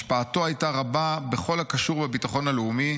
השפעתו הייתה רבה בכל הקשור בביטחון הלאומי: